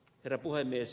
herra puhemies